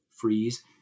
freeze